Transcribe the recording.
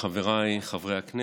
חבריי חברי הכנסת,